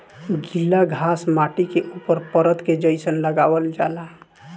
गिला घास माटी के ऊपर परत के जइसन लगावल जाला